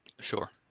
Sure